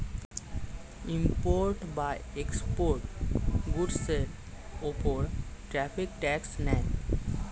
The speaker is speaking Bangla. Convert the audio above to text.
ইম্পোর্টেড বা এক্সপোর্টেড গুডসের উপর ট্যারিফ ট্যাক্স নেয়